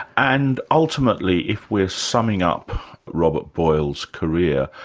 and ultimately, if we're summing up robert boyle's career,